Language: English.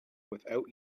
without